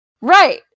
Right